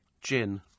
Gin